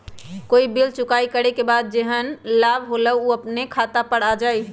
कोई बिल चुकाई करे के बाद जेहन लाभ होल उ अपने खाता पर आ जाई?